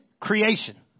Creation